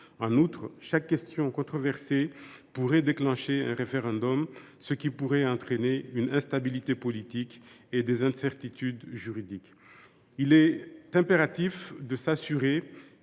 En outre, chaque question controversée pourrait donner lieu à un référendum, ce qui entraînerait une instabilité politique et des incertitudes juridiques. Il est impératif de s’assurer